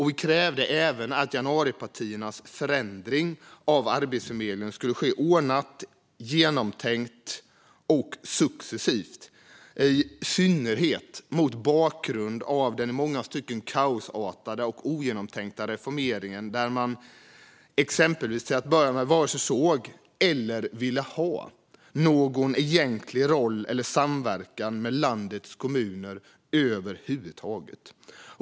Vi krävde även att januaripartiernas förändring av Arbetsförmedlingen skulle ske ordnat, genomtänkt och successivt - i synnerhet mot bakgrund av den i många stycken kaosartade och ogenomtänkta reformeringen där man exempelvis till att börja med varken såg eller ville ha någon egentlig roll eller samverkan med landets kommuner över huvud taget.